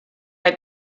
had